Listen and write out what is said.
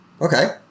Okay